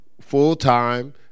full-time